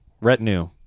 retinue